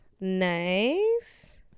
Nice